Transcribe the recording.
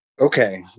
Okay